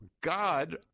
God